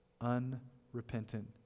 unrepentant